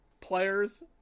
players